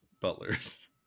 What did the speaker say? butlers